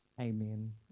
Amen